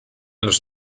los